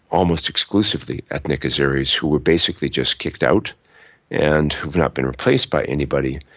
almost exclusively ethnic azeris, who were basically just kicked out and who have not been replaced by anybody,